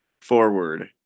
forward